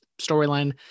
storyline